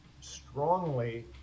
strongly